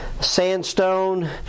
sandstone